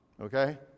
okay